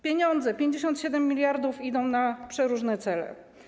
Pieniądze, 57 mld, idą na przeróżne cele.